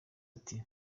ati